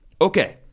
Okay